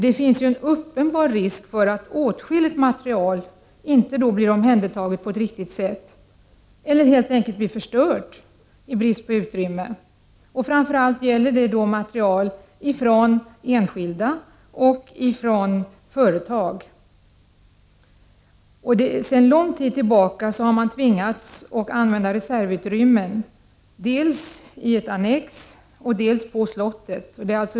Det finns en uppenbar risk för att åtskilligt material inte blir omhändertaget på ett riktigt sätt eller helt enkelt förstörs i brist på utrymme. Framför allt gäller detta material från enskilda arkiv och från företagsarkiv. Sedan lång tid tillbaka har man tvingats använda reservutrymmen, dels i ett annex, dels på slottet.